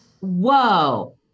Whoa